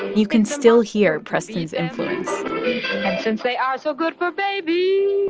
you can still hear preston's influence and since they are so good for babies.